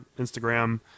instagram